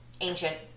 Ancient